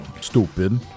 Stupid